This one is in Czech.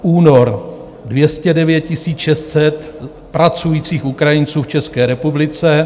Únor 209 600 pracujících Ukrajinců v České republice.